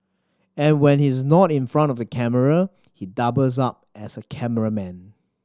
and when he's not in front of the camera he doubles up as a cameraman